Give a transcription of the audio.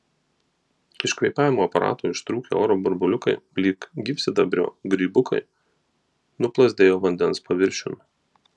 iš kvėpavimo aparato ištrūkę oro burbuliukai lyg gyvsidabrio grybukai nuplazdėjo vandens paviršiun